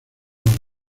los